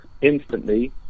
instantly